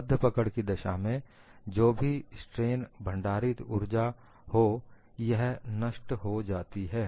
बद्ध पकड़ की दशा में जो भी स्ट्रेन भंडारित ऊर्जा हो यह नष्ट होती जाती है